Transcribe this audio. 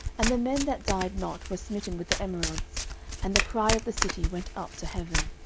and the men that died not were smitten with the emerods and the cry of the city went up to heaven.